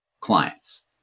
clients